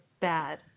bad